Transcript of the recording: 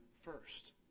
first